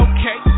Okay